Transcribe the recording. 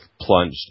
plunged